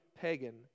pagan